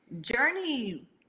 journey